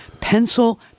Pencil